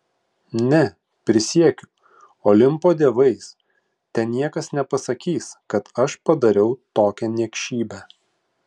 ne prisiekiu olimpo dievais te niekas nepasakys kad aš padariau tokią niekšybę